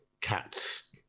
cats